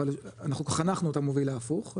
אבל אנחנו חנכנו את המוביל ההפוך,